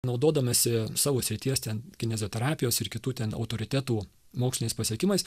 naudodamasi savo srities ten kineziterapijos ir kitų ten autoritetų moksliniais pasiekimas